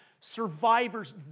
survivors